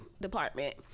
department